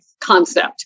concept